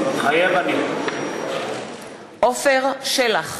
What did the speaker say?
מתחייב אני עפר שלח,